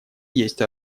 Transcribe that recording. есть